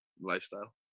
lifestyle